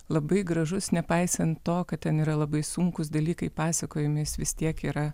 labai gražus nepaisant to kad ten yra labai sunkūs dalykai pasakojimas vis tiek yra